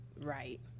right